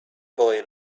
boy